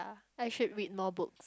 I should read more book